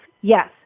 Yes